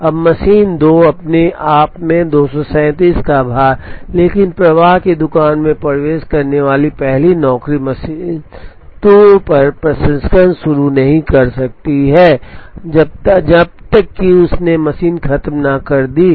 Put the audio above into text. अब मशीन 2 अपने आप है 237 का भार लेकिन प्रवाह की दुकान में प्रवेश करने वाली पहली नौकरी मशीन 2 पर प्रसंस्करण शुरू नहीं कर सकती जब तक कि उसने मशीन खत्म न कर दी हो